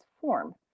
form